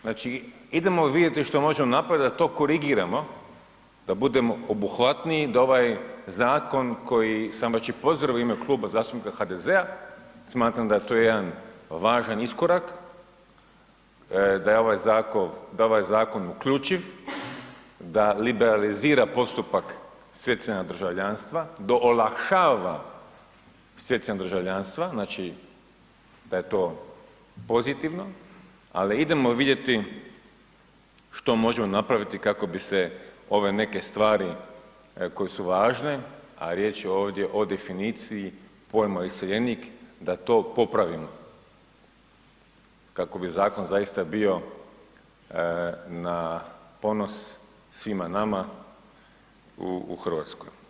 Znači idemo vidjeti što možemo napraviti da to korigiramo, da budemo obuhvatniji, da ovaj zakon koji sam već i pozdravio u ime Kluba zastupnika HDZ-a, smatram da je to jedan važan iskorak, da ovaj je zakon uključiv, da liberalizira postupak stjecanja državljanstva, da olakšava stjecanje državljanstva, znači da je to pozitivno ali idemo vidjeti što možemo napraviti kako bi se ove neke stvari koje su važne a riječ je ovdje o definiciji pojma iseljenik, da to popravimo kako bi zakon zaista bio na ponos svima nama u Hrvatskoj.